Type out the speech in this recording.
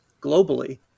globally